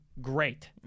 great